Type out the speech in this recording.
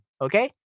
okay